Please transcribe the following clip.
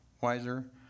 wiser